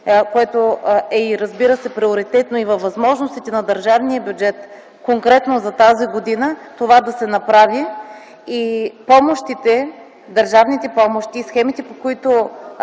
което е и, разбира се, приоритетно и във възможностите на държавния бюджет конкретно за тази година, това да се направи. Държавните помощи и схемите, по които